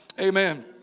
Amen